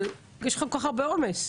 יש כל כך הרבה עומס?